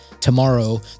tomorrow